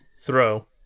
Throw